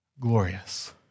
glorious